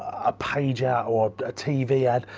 a page out or a tv ad,